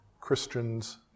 Christians